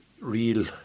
real